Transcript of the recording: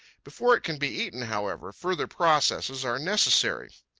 before it can be eaten, however, further processes are necessary.